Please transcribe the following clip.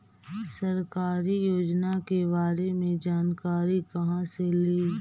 सरकारी योजना के बारे मे जानकारी कहा से ली?